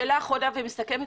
שאלה אחרונה ומסכמת